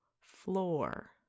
floor